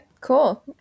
cool